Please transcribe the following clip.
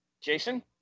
Jason